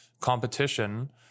competition